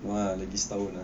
no ah ada lagi setahun ah